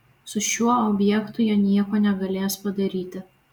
su šiuo objektu jie nieko negalės padaryti